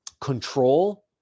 control